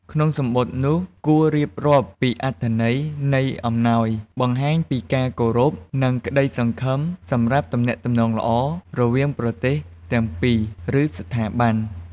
ក្នុងសំបុត្រនោះ គួររៀបរាប់ពី អត្ថន័យនៃអំណោយ បង្ហាញពី ការគោរព និងក្តីសង្ឃឹមសម្រាប់ទំនាក់ទំនងល្អ រវាងប្រទេសទាំងពីរ ឬស្ថាប័ន។